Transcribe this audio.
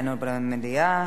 אינו במליאה,